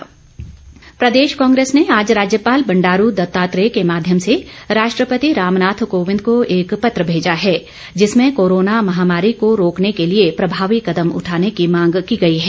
कांग्रेस प्रदेश कांग्रेस ने आज राज्यपाल बंडारू दत्तात्रेय के माध्यम से राष्ट्रपति रामनाथ कोविंद को एक पत्र भेजा है जिसमें कोरोना महामारी को रोकने के लिए प्रभावी कदम उठाने की मांग की गई है